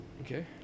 Okay